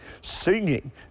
singing